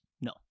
No